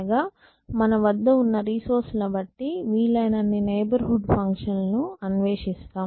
అనగా మన వద్ద ఉన్న రిసోర్స్ లను బట్టి వీలైనన్ని నైబర్ హుడ్ ఫంక్షన్ లను అన్వేషిస్తాం